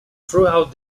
throughout